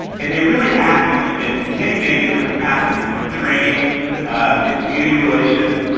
and they really act in in many, many different capacities from training to community relations,